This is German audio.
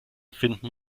finden